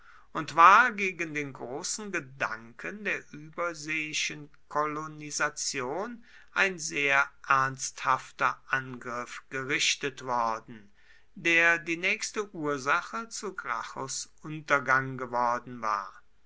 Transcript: und war gegen den großen gedanken der überseeischen kolonisation ein sehr ernsthafter angriff gerichtet worden der die nächste ursache zu gracchus untergang geworden war